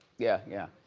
yeah, yeah.